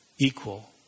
equal